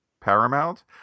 paramount